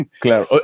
Claro